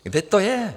Kde to je?